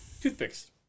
Toothpicks